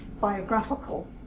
biographical